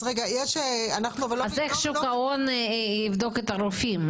אז איך שוק ההון יבדוק את הרופאים?